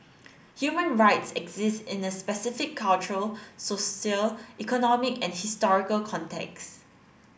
human rights exist in the specific cultural economic and historical contexts